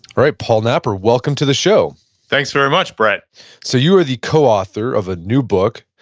right, paul napper, welcome to the show thanks very much brett so you are the coauthor of a new book,